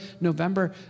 November